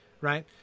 right